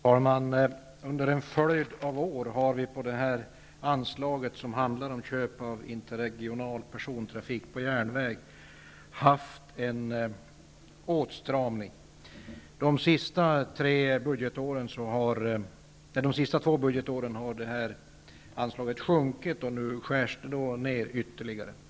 Herr talman! Under en följd av år har det under anslaget Köp av interregional persontrafik på järnväg skett en åtstramning. De senaste två budgetåren har anslaget minskat, och nu skärs det ned ytterligare.